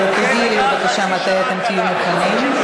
תודיעי לי בבקשה מתי תהיו מוכנים.